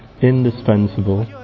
indispensable